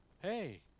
Hey